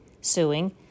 suing